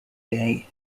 day